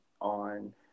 on